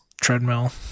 treadmill